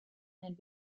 and